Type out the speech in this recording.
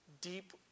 deep